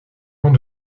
pans